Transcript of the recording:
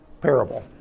parable